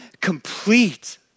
complete